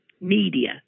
media